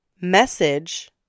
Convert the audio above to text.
message